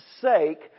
sake